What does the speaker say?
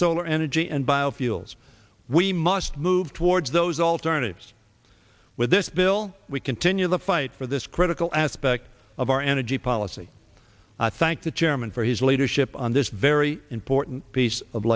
solar energy and biofuels we must move towards those alternatives with this bill we continue the fight for this critical aspect of our energy policy i thank the chairman for his leadership on this very important piece of